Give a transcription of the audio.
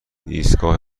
ایستگاه